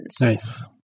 Nice